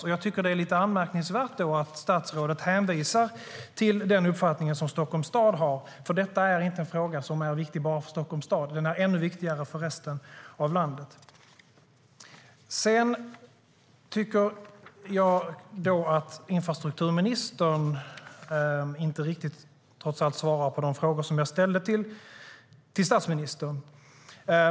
Jag tycker att det då är lite anmärkningsvärt att statsrådet hänvisar till den uppfattning som Stockholms stad har, för detta är inte en fråga som är viktig bara för Stockholms stad, utan den är ännu viktigare för resten av landet. Jag tycker trots allt att infrastrukturministern inte riktigt svarar på de frågor som jag ställde till statsministern.